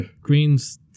Green's